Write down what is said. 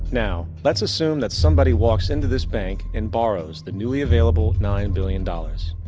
now let's assume that somebody walks into this bank and borrows the newly available nine billion dollars.